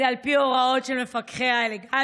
זה על פי ההוראות של מפקחי האלגנציה,